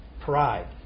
pride